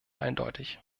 eindeutig